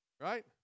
right